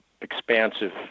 expansive